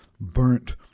burnt